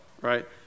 right